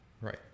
Right